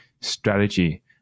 strategy